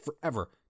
forever